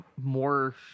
more